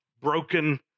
broken